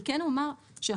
אני כן אומר שהחקירה,